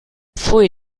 pfui